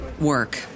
work